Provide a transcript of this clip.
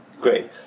Great